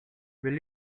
will